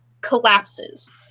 collapses